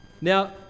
Now